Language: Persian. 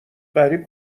غریب